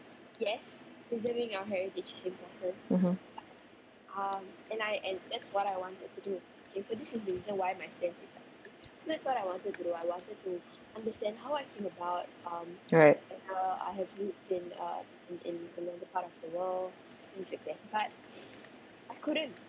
mmhmm right